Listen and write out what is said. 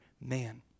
man